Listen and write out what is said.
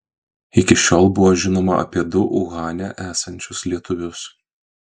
iki šiol buvo žinoma apie du uhane esančius lietuvius